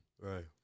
Right